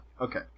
Okay